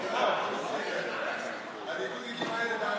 הליכודניקים האלה,